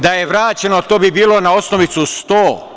Da je vraćeno, to bi bilo na osnovicu 100.